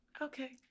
okay